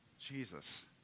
Jesus